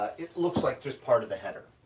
it looks like just part of the header,